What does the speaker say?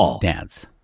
dance